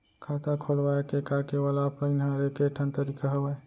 खाता खोलवाय के का केवल ऑफलाइन हर ऐकेठन तरीका हवय?